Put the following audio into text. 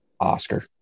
Oscar